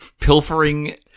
pilfering